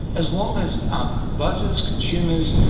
as long as um voters, consumers,